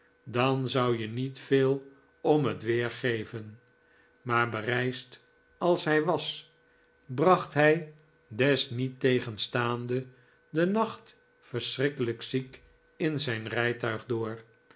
dan zou je niet veel om het weer geven maar bereisd als hij was bracht hij desniettegenstaande den nacht verschrikkelijk ziek in zijn rijtuig door